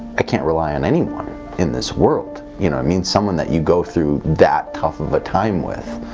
i can't rely on anyone in this world. you know i mean? someone that you go through that tough of a time with,